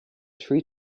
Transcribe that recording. tree